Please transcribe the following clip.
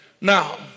Now